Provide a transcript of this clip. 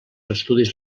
estudis